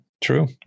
True